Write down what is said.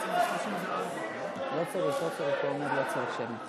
אמרו, למה אתם נכנסים,